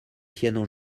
tiennent